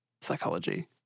psychology